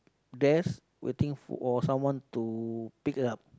there's waiting for someone to pick her up